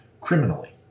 criminally